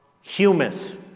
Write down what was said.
humus